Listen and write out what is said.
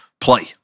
play